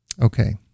okay